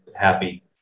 happy